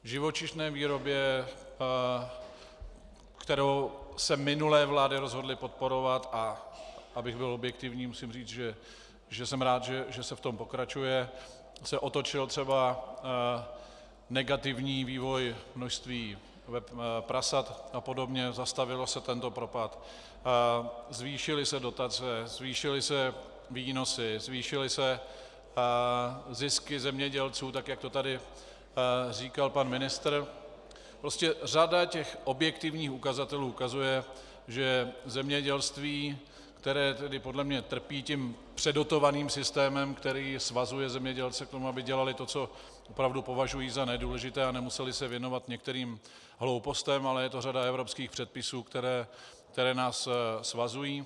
V živočišné výrobě, kterou se minulé vlády rozhodly podporovat a abych byl objektivní, musím říci, že jsem rád, že se v tom pokračuje , se otočil třeba negativní vývoj množství prasat a podobně, zastavil se tento propad, zvýšily se dotace, zvýšily se výnosy, zvýšily se zisky zemědělců, jak to tady říkal pan ministr, prostě řada objektivních ukazatelů ukazuje, že zemědělství, které podle mě trpí tím předotovaným systémem, který svazuje zemědělce k tomu, aby dělali to, co opravdu považují za nedůležité a nemuseli se věnovat některým hloupostem, ale je to řada evropských předpisů, které nás svazují.